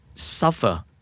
suffer